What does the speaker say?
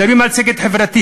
מדברים על צדק חברתי,